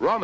raw